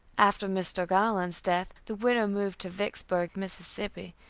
after mr. garland's death, the widow moved to vicksburg, mississippi,